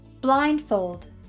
Blindfold